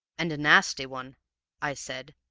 and a nasty one i said,